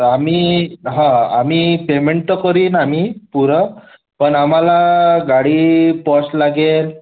आम्ही आम्ही पेमेंट तर करीन आम्ही पूरं पण आम्हाला गाडी पॉश लागेल